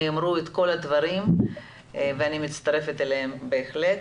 שנאמרו כבר הדברים לשבחו ואני מצטרפת אליהם בהחלט.